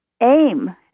aim